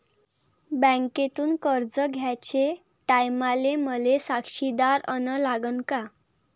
बँकेतून कर्ज घ्याचे टायमाले मले साक्षीदार अन लागन का?